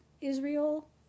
israel